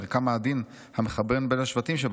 על המרקם העדין המחבר בין השבטים שבה?